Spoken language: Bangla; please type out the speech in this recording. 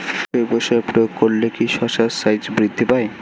জৈব সার প্রয়োগ করলে কি শশার সাইজ বৃদ্ধি পায়?